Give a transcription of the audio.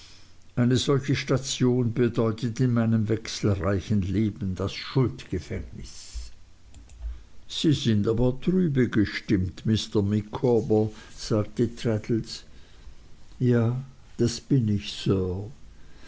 eine solche station bedeutet in meinem wechselreichen leben das schuldgefängnis sind sie aber trübe gestimmt mr micawber sagte traddles ja das bin ich sir